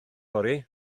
yfory